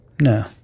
No